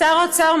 שר האוצר,